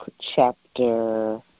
chapter